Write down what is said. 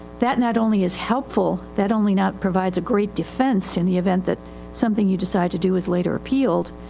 that not only is helpful, that only not provides a great defense in the event that something you decide to do is later appealed.